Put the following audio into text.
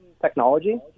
technology